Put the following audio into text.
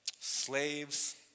Slaves